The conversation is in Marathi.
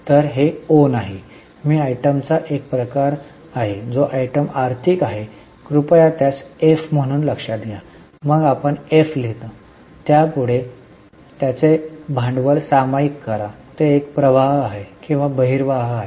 तर हे ओ नाही मी आयटमचा एक प्रकार आहे जो आयटम आर्थिक करतो कृपया त्यास एफ म्हणून लक्षात घ्या मग आपण एफ लिहिता त्यापुढे त्याचे भांडवल सामायिक करा ते एक प्रवाह आहे किंवा बहिर्वाह आहे